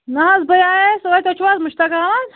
نَہ حظ بٲے آیایس ٲدۍ تُہۍ چھُو حظ مشتاق احمد